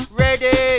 ready